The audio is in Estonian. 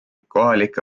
kohalike